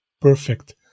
perfect